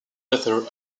ethers